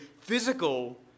physical